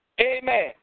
amen